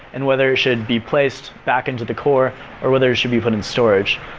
and whether it should be placed back into the core or whether it should be put in storage.